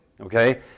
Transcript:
okay